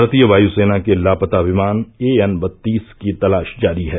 भारतीय वायुसेना के लापता विमान ए एन बत्तीस की तलाश जारी है